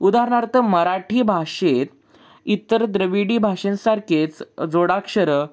उदाहरणार्थ मराठी भाषेत इतर द्रविडी भाषांसारखेच जोडाक्षरं